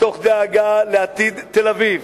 מתוך דאגה לעתיד תל-אביב,